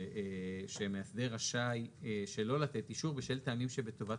שהמאסדר רשאי שלא לתת אישור בשל טעמים שבטובת